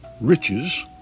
riches